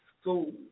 school